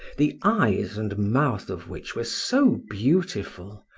the eyes and mouth of which were so beautiful,